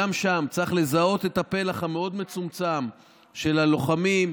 וגם שם צריך לזהות את הפלח המאוד-מצומצם של הלוחמים,